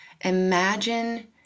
imagine